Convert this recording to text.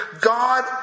God